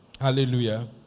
Hallelujah